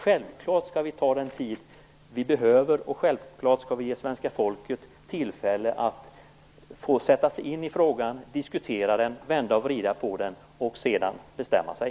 Självklart skall vi ta den tid vi behöver, och självklart skall vi ge svenska folket tillfälle att sätta sig in i frågan, diskutera den, vända och vrida på den och sedan bestämma sig.